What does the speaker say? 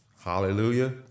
Hallelujah